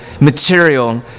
material